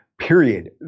period